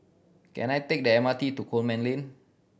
can I take the M R T to Coleman Lane